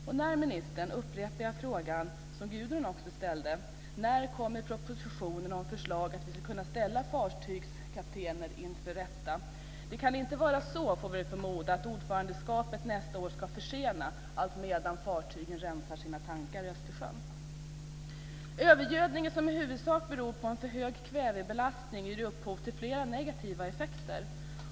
Jag upprepar därför den fråga som också Gudrun ställde: När, ministern, kommer propositionen med förslag om att vi ska kunna ställa fartygskaptener inför rätta? Det kan väl inte vara så att ordförandeskapet nästa år ska få försena detta, alltmedan fartygen rensar sina tankar i Övergödningen, som i huvudsak beror på en för hög kvävebelastning, ger upphov till flera negativa effekter.